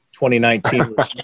2019